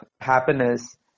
happiness